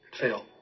fail